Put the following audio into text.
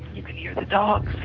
you can hear the dogs